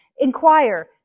Inquire